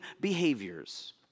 behaviors